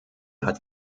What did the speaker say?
hat